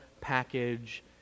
package